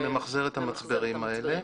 שממחזר את המצברים האלה